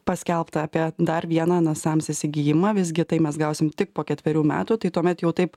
paskelbta apie dar vieną nasams įsigijimą visgi tai mes gausim tik po ketverių metų tai tuomet jau taip